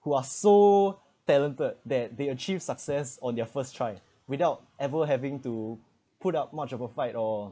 who are so talented that they achieve success on their first try without ever having to put up much of a flight or